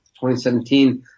2017